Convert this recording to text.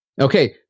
Okay